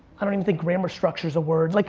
i don't even think grammar structure's a word. like